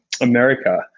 America